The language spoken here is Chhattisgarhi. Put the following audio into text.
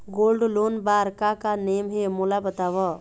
गोल्ड लोन बार का का नेम हे, मोला बताव?